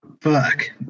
Fuck